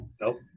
nope